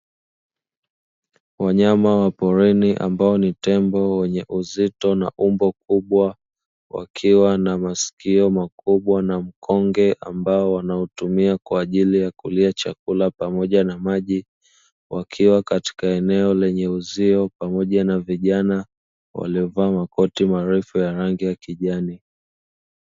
Wanyama wa porini ambao ni tembo wenye uzito na umbo kubwa, wakiwa na masikio makubwa na mkonge ambao wanautumia kwa ajili ya kulia chakula pamoja na maji, wakiwa katika eneo lenye uzio, pamoja na vijana waliovaa makoti marefu ya rangi ya kijani.